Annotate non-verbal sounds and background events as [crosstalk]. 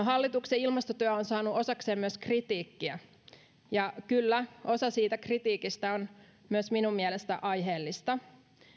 [unintelligible] hallituksen ilmastotyö on saanut osakseen myös kritiikkiä ja kyllä osa siitä kritiikistä on myös minun mielestäni aiheellista